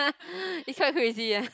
is quite crazy ah